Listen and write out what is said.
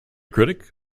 critic